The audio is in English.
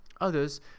Others